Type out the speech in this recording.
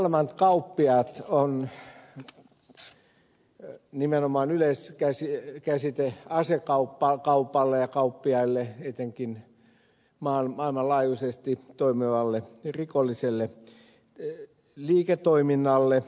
kuoleman kauppiaat on nimenomaan yleiskäsite asekaupalle ja kauppiaille etenkin maailmanlaajuisesti toimivalle rikolliselle liiketoiminnalle